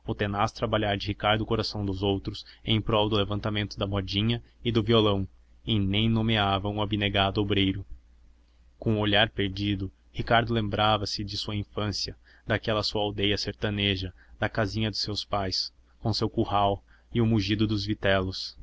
trabalhar de ricardo coração dos outros em prol do levantamento da modinha e do violão e nem nomeavam o abnegado obreiro com o olhar perdido ricardo lembrava-se de sua infância daquela sua aldeia sertaneja da casinha dos seus pais com seu curral e o mugido dos vitelos